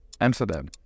Amsterdam